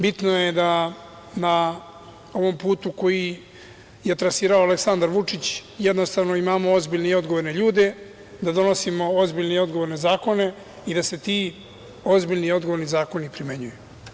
Bitno je da na ovom putu koji je trasirao Aleksandar Vučić jednostavno imamo ozbiljne i odgovorne ljude, da donosimo ozbiljne i odgovorne zakone i da se ti ozbiljni i odgovorni zakoni primenjuju.